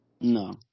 No